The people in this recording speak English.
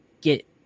get –